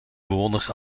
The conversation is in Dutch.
bewoners